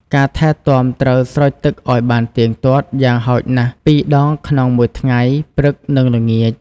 ការថែទាំត្រូវស្រោចទឹកឲ្យបានទៀងទាត់ យ៉ាងហោចណាស់ពីរដងក្នុងមួយថ្ងៃ (ព្រឹក និងល្ងាច)។